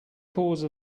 cause